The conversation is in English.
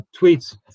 tweets